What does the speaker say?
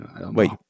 Wait